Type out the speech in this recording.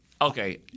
Okay